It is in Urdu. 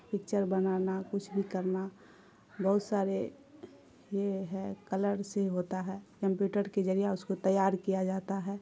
پکچر بنانا کچھ بھی کرنا بہت سارے یہ ہے کلر سے ہوتا ہے کمپیوٹر کے ذریعہ اس کو تیار کیا جاتا ہے